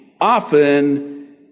often